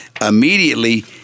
immediately